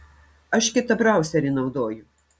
aš kitą brauserį naudoju